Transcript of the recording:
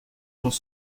dans